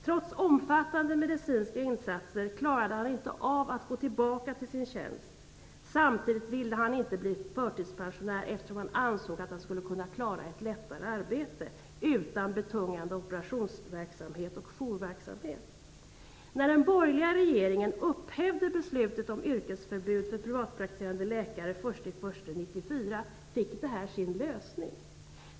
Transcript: Trots omfattande medicinska insatser klarade han inte av att gå tillbaka till sin tjänst. Samtidigt ville han inte bli förtidspensionär eftersom han ansåg att han skulle kunna klara ett lättare arbete utan betungande operationsverksamhet och jourverksamhet. januari 1994 fick detta sin lösning.